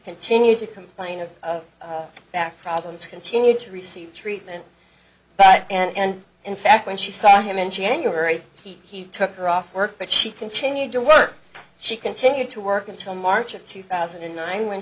continue to complain of back problems continued to receive treatment but and in fact when she saw him in january he took her off work but she continued to work she continued to work until march of two thousand and nine when